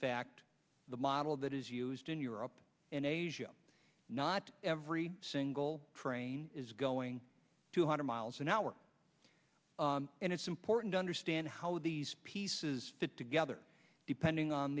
fact the model that is used in europe and asia not every single train is going to hundred miles an hour and it's important to understand how these pieces fit together depending on